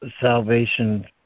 Salvation